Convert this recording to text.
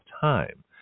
time